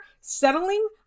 settling